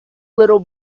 little